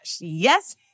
Yes